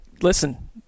listen